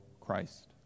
Christ